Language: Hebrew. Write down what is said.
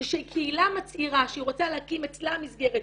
זה שקהילה מצהירה שהיא רוצה להקים אצלה מסגרת,